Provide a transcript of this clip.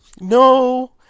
no